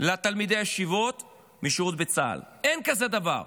לתלמידי הישיבות משירות בצה"ל, אין כזה דבר.